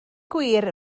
gwir